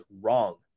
wrong